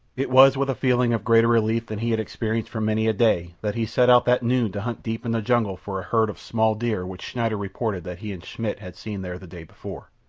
it was with a feeling of greater relief than he had experienced for many a day that he set out that noon to hunt deep in the jungle for a herd of small deer which schneider reported that he and schmidt had seen there the day before.